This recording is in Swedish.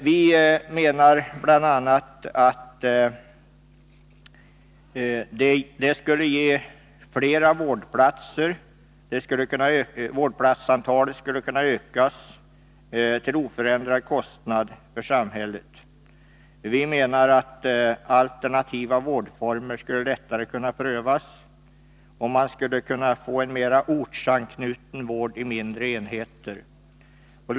Vi menar bl.a. att vårdplatsantalet skulle kunna ökas till oförändrad kostnad för samhället, och alternativa vårdformer skulle lättare kunna prövas. Vidare skulle ortsanknuten vård i mindre enheter underlättas.